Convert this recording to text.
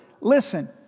listen